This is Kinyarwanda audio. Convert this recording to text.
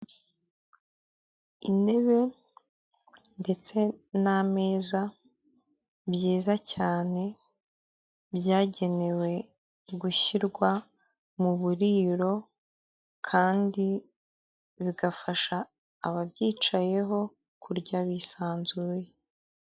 Intebe ndetse n'meza byiza cyane byagenewe gushyirwa mu buririro kandi bigafasha ababyicayeho kurya bisanzuye.